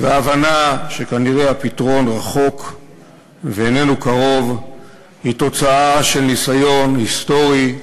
וההבנה שכנראה הפתרון רחוק ואיננו קרוב היא תוצאה של ניסיון היסטורי,